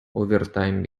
overtime